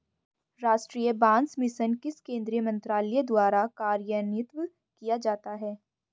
राष्ट्रीय बांस मिशन किस केंद्रीय मंत्रालय द्वारा कार्यान्वित किया जाता है?